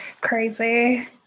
crazy